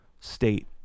state